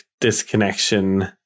Disconnection